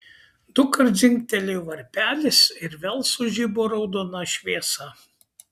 dukart dzingtelėjo varpelis ir vėl sužibo raudona šviesa